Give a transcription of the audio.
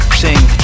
sing